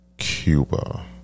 Cuba